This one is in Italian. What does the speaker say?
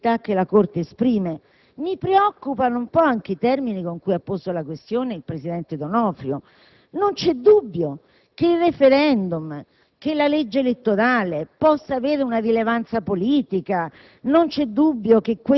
che sto pregiudicando il giudizio di ammissibilità o non ammissibilità che la Corte esprime? Mi preoccupano un po' anche i termini con cui ha posto la questione il presidente D'Onofrio. Non vi è dubbio che il *referendum*